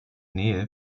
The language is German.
nähe